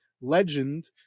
legend